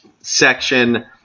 section